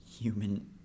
Human